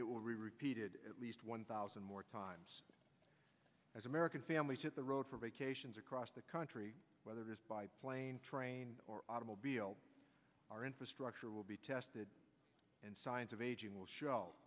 it will repeated at least one thousand more times as american families hit the road for vacations across the country whether it's by plane train or automobile our infrastructure will be tested and signs of aging